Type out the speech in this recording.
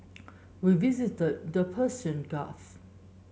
we visited the Persian Gulf